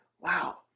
wow